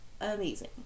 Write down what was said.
amazing